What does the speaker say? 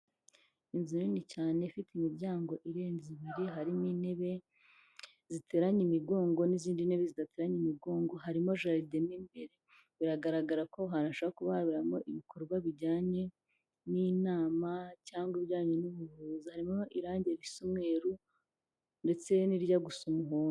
Inzu nini cyane ifite imiryango irenze ibiri, harimo intebe ziteranya imigongo n'izindi ntebe zidateranya imigongo, harimo jaride mo imbere. Biragaragara ko hashobora kuba haberamo ibikorwa bijyanye n'inama cyangwa ibijyanye n'ubuvuzi, harimo irange risa umweru ndetse n'irijya gusa umuhondo.